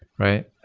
right?